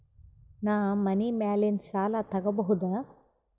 ನಾ ಮನಿ ಮ್ಯಾಲಿನ ಸಾಲ ತಗೋಬಹುದಾ?